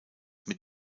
mit